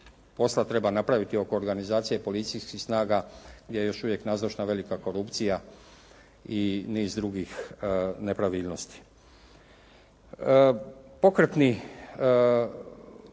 posla treba napraviti oko organizacije policijskih snaga, gdje je još uvijek nazočna velika korupcija i niz drugih nepravilnosti.